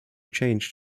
changed